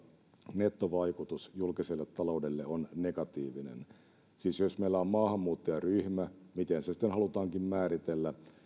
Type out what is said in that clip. nettovaikutus julkiselle taloudelle on negatiivinen siis jos meillä on maahanmuuttajaryhmä miten se sitten halutaankin määritellä